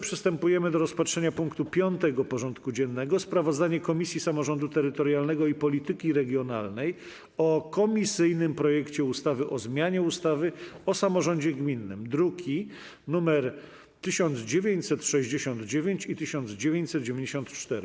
Przystępujemy do rozpatrzenia punktu 5. porządku dziennego: Sprawozdanie Komisji Samorządu Terytorialnego i Polityki Regionalnej o komisyjnym projekcie ustawy o zmianie ustawy o samorządzie gminnym (druki nr 1969 i 1994)